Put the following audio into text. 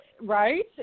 right